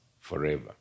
forever